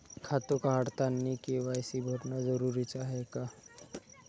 खातं काढतानी के.वाय.सी भरनं जरुरीच हाय का?